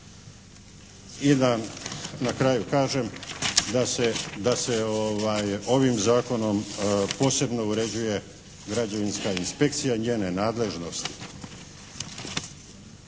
I da na kraju kažem da se ovim zakonom posebno uređuje građevinska inspekcija, njene nadležnosti.